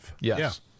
Yes